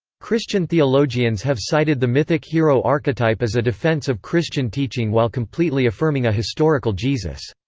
christian theologians have cited the mythic hero archetype as a defense of christian teaching while completely affirming a historical jesus.